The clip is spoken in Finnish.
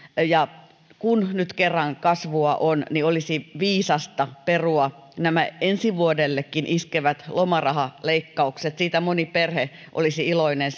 kun nyt kerran kasvua on niin olisi viisasta perua nämä ensi vuodellekin iskevät lomarahaleikkaukset siitä moni perhe olisi iloinen